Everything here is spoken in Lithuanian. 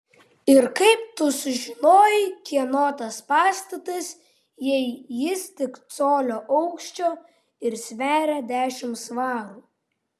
ir kaip tu sužinojai kieno tas pastatas jei jis tik colio aukščio ir sveria dešimt svarų